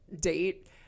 date